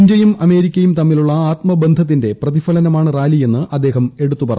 ഇന്ത്യയും അമേരിക്കയും തമ്മിലുള്ള ആത്മബന്ധത്തിന്റെ പ്രതിഫലനമാണ് റാലിയെന്ന് അദ്ദേഹം എടുത്തു പറഞ്ഞു